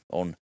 on